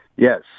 Yes